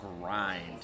grind